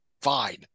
fine